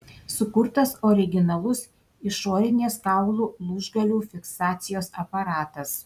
sukurtas originalus išorinės kaulų lūžgalių fiksacijos aparatas